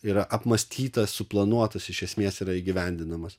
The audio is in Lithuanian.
yra apmąstytas suplanuotas iš esmės yra įgyvendinamas